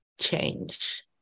change